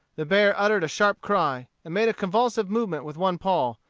the bear uttered a sharp cry, made a convulsive movement with one paw,